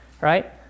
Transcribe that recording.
right